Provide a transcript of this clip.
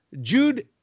Jude